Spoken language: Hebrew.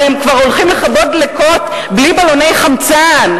הרי הם כבר הולכים לכבות דלקות בלי בלוני חמצן,